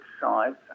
sides